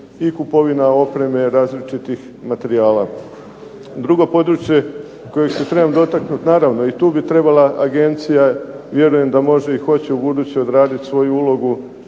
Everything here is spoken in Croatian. i kupovina opreme različitih materijala. Drugo područje kojeg se trebam dotaknuti naravno i tu bi trebala agencija vjerujem da može i hoće u buduće odraditi svoju ulogu